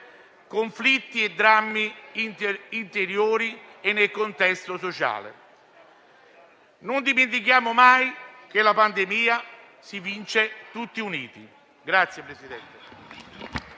conflitti e drammi interiori e nel contesto sociale. Non dimentichiamo mai che la pandemia si vince tutti uniti.